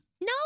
No